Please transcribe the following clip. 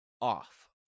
off